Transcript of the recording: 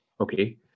okay